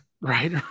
right